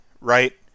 right